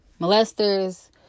molesters